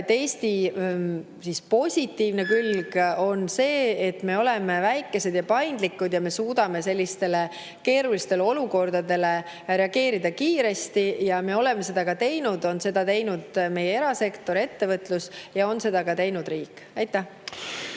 Eesti positiivne külg on see, et me oleme väike ja paindlik, me suudame sellistele keerulistele olukordadele reageerida kiiresti. Me oleme seda ka teinud – seda on teinud meie erasektor, ettevõtlus, ja seda on teinud ka riik. Aitäh!